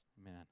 Amen